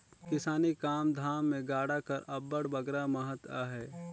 किसानी काम धाम मे गाड़ा कर अब्बड़ बगरा महत अहे